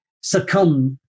succumb